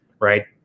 right